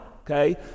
okay